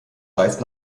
reist